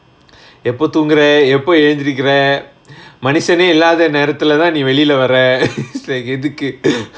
எப்போ தூங்குற எப்போ எழுந்திரிகுற மனுசனே இல்லாத நேரத்துல தான் நீ வெளிய வர:eppo thoongura eppo elunthirikura manusanae illaatha naerathula thaan nee veliya vara like எதுக்கு:ethukku